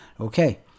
Okay